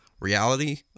reality